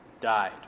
died